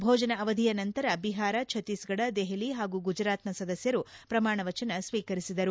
ಭೋಜನ ಅವಧಿಯ ನಂತರ ಬಿಹಾರ ಛತ್ತೀಸ್ಗಡ ದೆಹಲಿ ಹಾಗೂ ಗುಜರಾತ್ನ ಸದಸ್ಯರು ಪ್ರಮಾಣವಚನ ಸ್ವೀಕರಿಸಿದರು